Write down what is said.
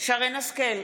שרן מרים השכל,